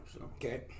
Okay